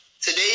Today